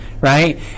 right